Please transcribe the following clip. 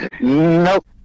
Nope